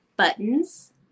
buttons